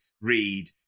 read